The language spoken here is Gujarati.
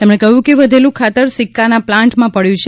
તેમણે કહ્યું કે વધેલુ ખાતર સિક્કાનાં પ્લાન્ટમાં પડ્યું છે